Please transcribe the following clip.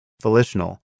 volitional